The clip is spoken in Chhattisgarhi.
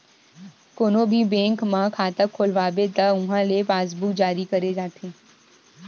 कोनो भी बेंक म खाता खोलवाबे त उहां ले पासबूक जारी करे जाथे